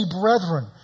brethren